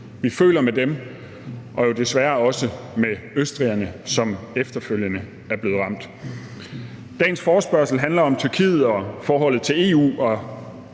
Vi føler med dem – og også med østrigerne, som jo desværre efterfølgende er blevet ramt af terror. Dagens forespørgsel handler om Tyrkiet og forholdet til EU,